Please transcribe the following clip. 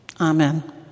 Amen